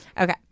Okay